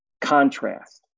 contrast